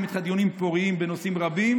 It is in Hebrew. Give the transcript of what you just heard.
איתך דיונים פוריים בנושאים רבים,